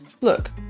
Look